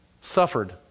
suffered